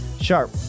Sharp